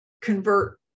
convert